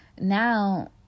Now